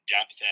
depth